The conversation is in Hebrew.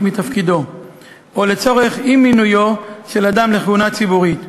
מתפקידו או לצורך אי-מינויו של אדם לכהונה ציבורית.